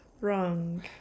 wrong